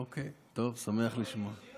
אוקיי, טוב, שמח לשמוע.